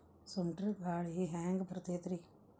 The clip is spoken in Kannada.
ಸುಂಟರ್ ಗಾಳಿ ಹ್ಯಾಂಗ್ ಬರ್ತೈತ್ರಿ?